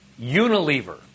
Unilever